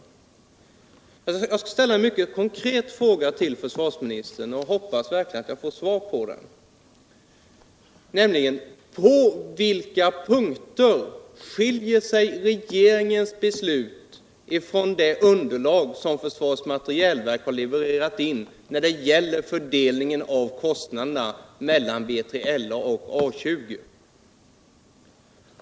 Jag vill till försvarsministern ställa en mycket konkret fråga som jag hoppas att jag får svar på, nämligen: På vilka punkter skiljer sig regeringens beslut från det underlag som försvarets materielverk levererat in när det gäller fördelningen av kostnaderna mellan B3LA och A 20?